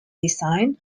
design